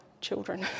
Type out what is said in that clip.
children